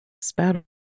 Spout